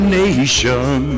nation